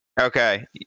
Okay